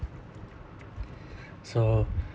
so